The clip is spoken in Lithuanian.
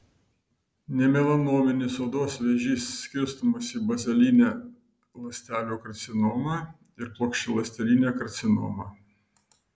nemelanominis odos vėžys skirstomas į bazalinę ląstelių karcinomą ir plokščialąstelinę karcinomą